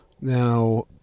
now